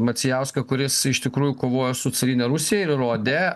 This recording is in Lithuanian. macijauską kuris iš tikrųjų kovojo su carine rusija ir įrodė